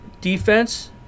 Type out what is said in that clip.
defense